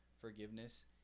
forgiveness